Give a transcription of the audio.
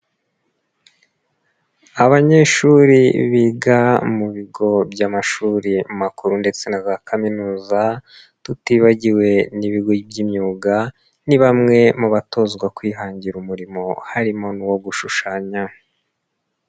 Abanyeshuri biga mu bigo by'amashuri makuru ndetse na za kaminuza tutibagiwe n'ibigo by'imyuga, ni bamwe mu batozwa kwihangira umurimo harimo nuwo gushushanya.